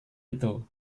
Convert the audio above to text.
itu